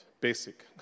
basic